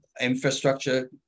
infrastructure